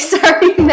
Sorry